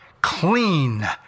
clean